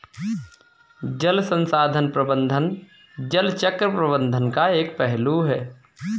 जल संसाधन प्रबंधन जल चक्र प्रबंधन का एक पहलू है